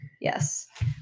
yes